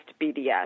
BDS